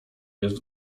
jest